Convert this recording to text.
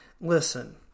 listen